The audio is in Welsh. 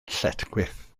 lletchwith